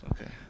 Okay